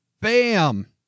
Bam